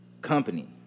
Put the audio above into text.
company